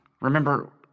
Remember